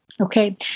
Okay